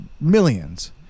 millions